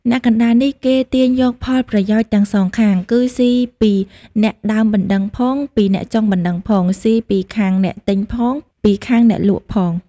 អ្នកកណ្ដាលនេះ គេទាញយកផលប្រយោជន៍ទាំងសងខាង គឺស៊ីពីអ្នកដើមបណ្ដឹងផង ពីអ្នកចុងបណ្ដឹងផង ស៊ីពីខាងអ្នកទិញផង ពីខាងអ្នកលក់ផង ។